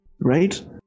Right